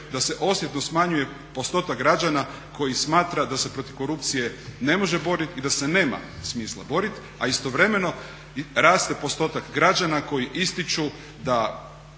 da se osjetno smanjuje postotak građana koji smatra da se protiv korupcije ne može boriti i da se nema smisla boriti, a istovremeno raste postotak građana koji ističu da